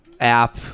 app